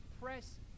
press